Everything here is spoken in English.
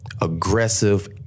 aggressive